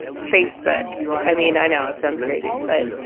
facebook i mean, i know it sounds crazy. but.